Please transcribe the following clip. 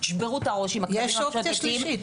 תשברו את הראש על הכלבים המשוטטים --- יש אופציה שלישית.